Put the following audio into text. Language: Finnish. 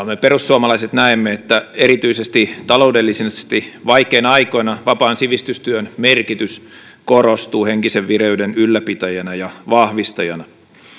me perussuomalaiset näemme että erityisesti taloudellisesti vaikeina aikoina vapaan sivistystyön merkitys korostuu henkisen vireyden ylläpitäjänä ja vahvistajana